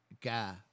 guy